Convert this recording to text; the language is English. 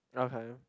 okay